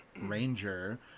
Ranger